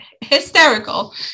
hysterical